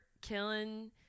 killing